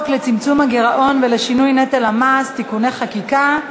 לצמצום הגירעון ולשינוי נטל המס (תיקוני חקיקה)